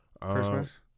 Christmas